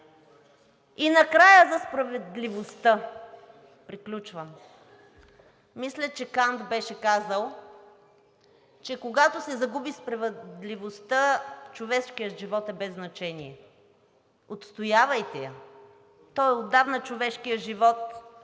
И накрая за справедливостта. Приключвам. Мисля, че Кант беше казал, че когато се загуби справедливостта, човешкият живот е без значение. Отстоявайте я! Той, човешкият живот, отдавна